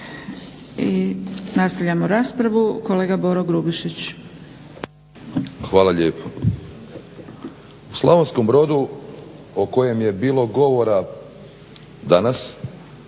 I nastavljamo raspravu. Kolega Boro Grubišić. **Grubišić, Boro (HDSSB)** Hvala lijepo. U Slavonskom Brodu o kojem je bilo govora danas